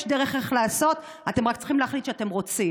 יש דרך לעשות, אתם רק צריכים להחליט שאתם רוצים.